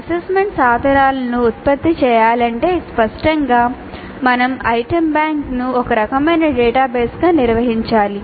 assessment సాధనాలను ఉత్పత్తి చేయాలంటే స్పష్టంగా మేము ఐటెమ్ బ్యాంక్ను ఒక రకమైన డేటాబేస్గా నిర్వహించాలి